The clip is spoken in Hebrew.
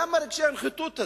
למה רגשי הנחיתות האלה?